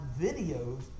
videos